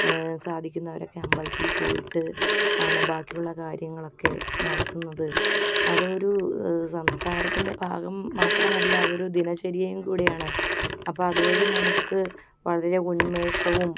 സാധിക്കുന്നവരൊക്കെ അമ്പലത്തിൽ പോയിട്ട് ആണ് ബാക്കിയുള്ള കാര്യങ്ങളൊക്കെ നടത്തുന്നത് അത് ഒരു സംസ്ക്കാരത്തിൻ്റെ ഭാഗം മാത്രമല്ല അതൊരു ദിനചര്യയും കൂടിയാണ് അപ്പം അതുവഴി നമുക്ക് വളരെ ഉന്മേഷവും